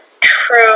true